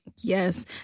Yes